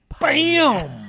Bam